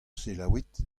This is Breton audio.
selaouit